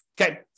Okay